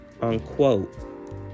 unquote